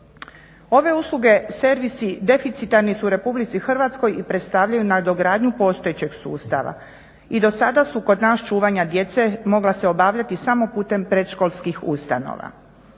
Ove usluge servisi deficitarni su u RH i predstavljaju nadogradnju postojećeg sustava i do sada su kod nas čuvanja djece mogla se obavljati samo preko putem predškolskih ustanova.